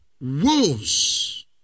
wolves